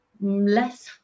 less